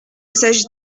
s’agit